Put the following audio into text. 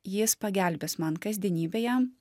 jis pagelbės man kasdienybėje